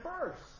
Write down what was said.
first